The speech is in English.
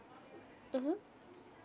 mmhmm